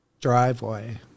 driveway